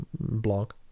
blog